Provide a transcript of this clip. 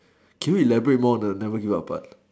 can you elaborate more on the never give up part